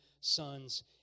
sons